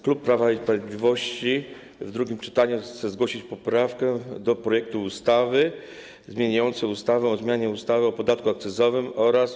Klub Prawa i Sprawiedliwości w drugim czytaniu chce zgłosić poprawkę do projektu ustawy zmieniającej ustawę o zmianie ustawy o podatku akcyzowym oraz